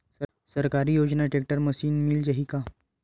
सरकारी योजना tractor machine मिल जाही का?